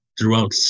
throughout